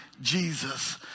jesus